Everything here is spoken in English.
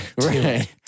right